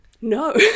no